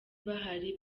bahari